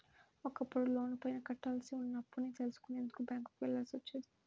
ఒకప్పుడు లోనుపైన కట్టాల్సి ఉన్న అప్పుని తెలుసుకునేందుకు బ్యేంకుకి వెళ్ళాల్సి వచ్చేది